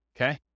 okay